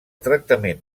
tractament